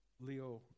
Leo